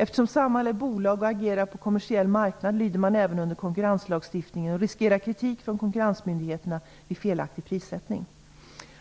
Eftersom Samhall är bolag och agerar på en kommersiell marknad lyder man även under konkurrenslagstiftningen och riskerar kritik från konkurrensmyndigheterna vid felaktig prissättning.